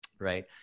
right